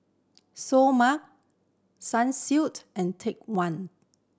Seoul Mart Sunsilk and Take One